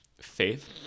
faith